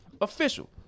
official